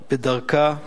בדרכה,